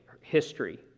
history